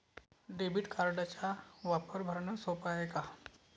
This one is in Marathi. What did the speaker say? डेबिट कार्डचा वापर भरनं सोप हाय का?